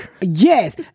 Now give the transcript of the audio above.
Yes